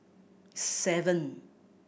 seven